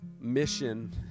Mission